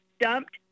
dumped